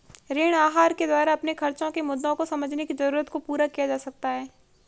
ऋण आहार के द्वारा अपने खर्चो के मुद्दों को समझने की जरूरत को पूरा किया जा सकता है